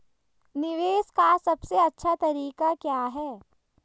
निवेश का सबसे अच्छा तरीका क्या है?